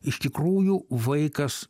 iš tikrųjų vaikas